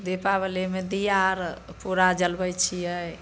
दीपावलीमे दिया आओर पुरा जलबैत छियै